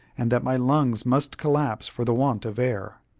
and that my lungs must collapse for the want of air.